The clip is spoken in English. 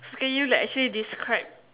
can you like actually describe